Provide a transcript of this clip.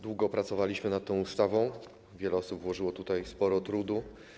Długo pracowaliśmy nad tą ustawą, wiele osób włożyło tutaj sporo trudu.